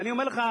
ואני אומר לך,